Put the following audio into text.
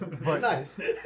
nice